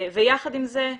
יחד עם זה,